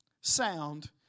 sound